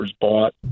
bought